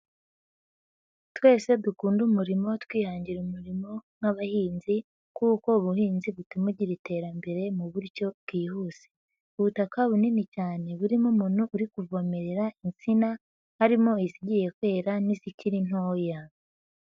Twese dukunda umurimo twihangira umurimo nk'abahinzi kuko ubuhinzi butumagira iterambere mu buryo bwihuse. Ubutaka bunini cyane burimo umuntu uri kuvomerera insina, harimo izigiye kwera n'izikiri ntoya.